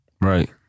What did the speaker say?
Right